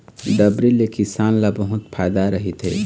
डबरी ले किसान ल बहुत फायदा रहिथे